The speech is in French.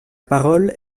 parole